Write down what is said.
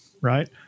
right